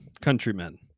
countrymen